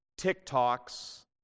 TikToks